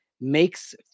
makes